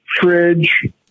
fridge